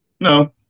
No